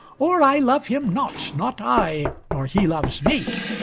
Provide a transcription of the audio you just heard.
or i love him not, not i, nor he loves me!